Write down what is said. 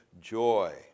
joy